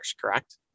correct